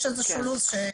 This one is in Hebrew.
יש איזשהו לוח זמנים.